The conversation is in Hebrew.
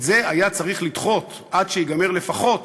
את זה היה צריך לדחות עד שייגמר לפחות